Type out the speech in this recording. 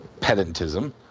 pedantism